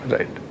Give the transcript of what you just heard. Right